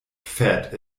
fett